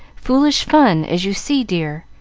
foolish fun, as you see, dear.